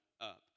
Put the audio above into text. up